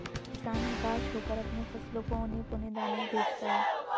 किसान हताश होकर अपने फसलों को औने पोने दाम में बेचता है